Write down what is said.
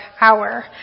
hour